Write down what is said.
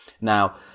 Now